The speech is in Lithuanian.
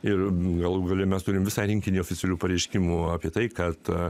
ir galų gale mes turime visą rinkinį oficialių pareiškimų apie tai kad